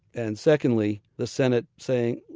and secondly, the senate saying,